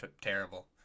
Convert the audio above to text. terrible